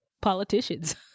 politicians